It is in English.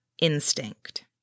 instinct